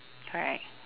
correct